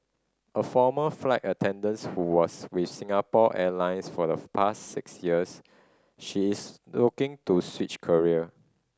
a former flight attendants who was with Singapore Airlines for the past six years she is looking to switch career